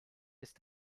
ist